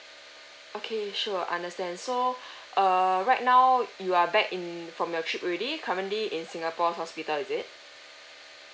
okay sure understand so err right now you are back in from your trip already currently in singapore hospital is it